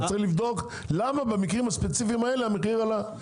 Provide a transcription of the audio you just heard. צריך לבדוק למה במקרים הספציפיים האלה המחיר עלה.